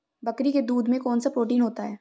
बकरी के दूध में कौनसा प्रोटीन होता है?